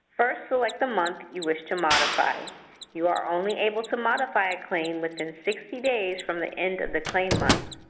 first, select the month you wish to modify you are only able to modify a claim within sixty days from the end of the claim month.